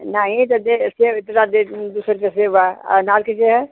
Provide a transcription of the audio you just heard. नहीं तो दे सेव इतना दे दो सौ रुपया सेव बा आ अनार कैसे है